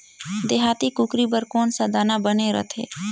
देहाती कुकरी बर कौन सा दाना बने रथे?